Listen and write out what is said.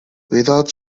without